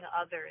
others